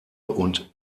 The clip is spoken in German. und